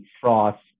frost